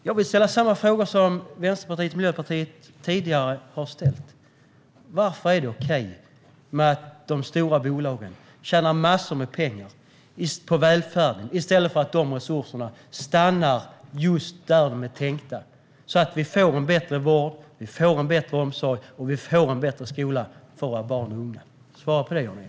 Jag vill ställa samma fråga som Vänsterpartiet och Miljöpartiet tidigare har ställt: Varför är det okej att de stora bolagen tjänar massor av pengar på välfärden i stället för att resurserna stannar just där de är tänkta, så att vi får en bättre vård, en bättre omsorg och en bättre skola för våra barn och unga? Svara på det, Jan Ericson!